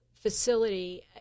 facility